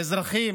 לאזרחים,